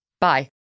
Bye